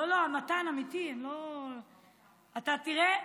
אני כבר מזועזע.